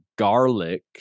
garlic